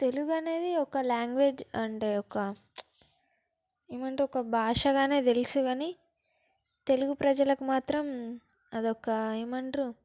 తెలుగు అనేది ఒక ల్యాంగ్వేజ్ అంటే ఒక ఏమంటారు ఒక భాషగానే తెలుసు కానీ తెలుగు ప్రజలకు మాత్రం అది ఒక ఏమంటారు